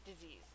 disease